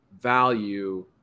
value